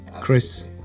chris